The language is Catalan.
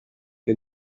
que